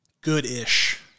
good-ish